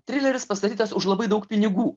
trileris pastatytas už labai daug pinigų